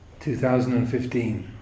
2015